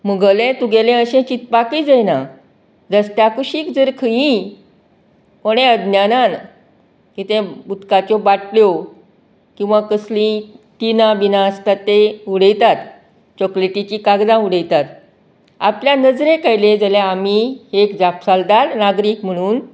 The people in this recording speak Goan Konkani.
म्हगेलें तुगेलें अशें चिंतपाकय जायना रस्त्या कुशीक जर खंयीय कोणें अज्ञानान कितें उदकाच्यो बाटल्यो किंवां कसलीं टिना बिना आसतात तें उडयतात चॉकलेटीचीं कागदां उडयतात आपल्या नजरेक येयलें जाल्यार आमी एक जापसालदार नागरीक म्हणून